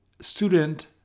student